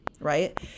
right